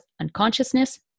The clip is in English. unconsciousness